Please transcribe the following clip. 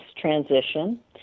transition